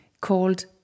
called